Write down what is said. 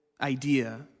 idea